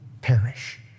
perish